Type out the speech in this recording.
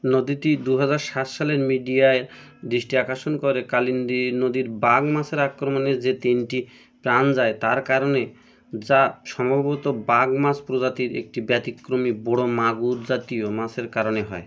নদীটি দু হাজার সাত সালে মিডিয়ায় দৃষ্টি আকর্ষণ করে কালিন্দী নদীর বাণ মাছের আক্রমণে যে তিনটি প্রাণ যায় তার কারণে যা সম্ভবত বাণ মাছ প্রজাতির একটি ব্যতিক্রমী বড় মাগুর জাতীয় মাছের কারণে হয়